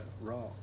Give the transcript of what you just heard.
Raw